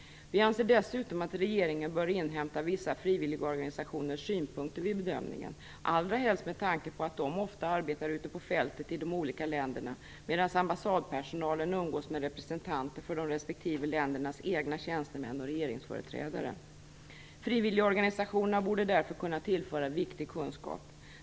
Vi anser dessutom att regeringen bör inhämta vissa frivilligorganisationers synpunkter vid bedömningen, allra helst med tanke på att de ofta arbetar ute på fältet i de olika länderna, medan ambassadpersonalen umgås med representanter för respektive länders egna tjänstemän och regeringsföreträdare. Frivilligorganisationerna borde därför kunna tillföra viktig kunskap.